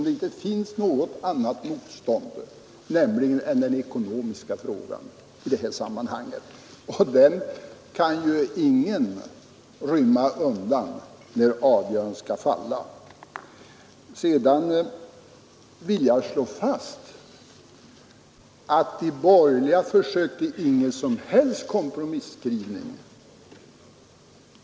Det finns inget annat motstånd än de ekonomiska svårigheterna i det här sammanhanget, och dem kan ingen komma ifrån när avgörandet skall falla. Sedan vill jag slå fast att de borgerliga inte försökte åstadkomma någon kompromisskrivning.